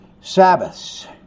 Sabbaths